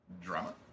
drama